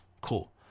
Cool